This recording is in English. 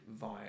via